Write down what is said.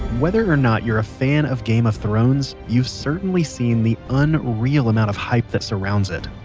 whether or not you're a fan of game of thrones, you've certainly seen the unreal amount of hype that surrounds it.